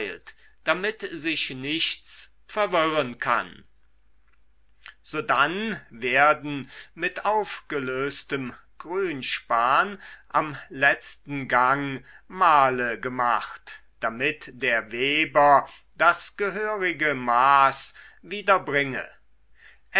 damit sich nichts verwirren kann sodann werden mit aufgelöstem grünspan am letzten gang male gemacht damit der weber das gehörige maß